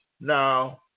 Now